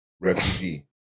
refugee